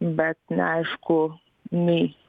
bet neaišku nei